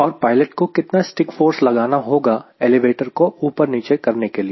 और पायलट को कितना स्टिक फोर्स लगाना होगा एलिवेटर को ऊपर नीचे करने के लिए